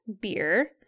Beer